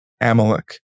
Amalek